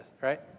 right